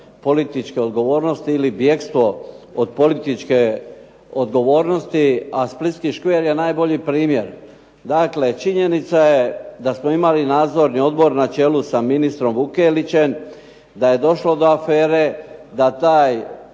političke odgovornosti ili bjegstvo od političke odgovornosti, a splitski škver je najbolji primjer. Dakle, činjenica je da smo imali nadzorni odbor na čelu sa ministrom Vukelićem, da je došlo do afere, da smo